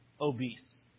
obese